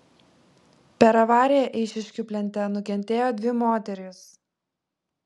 per avariją eišiškių plente nukentėjo dvi moterys